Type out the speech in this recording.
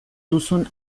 duzun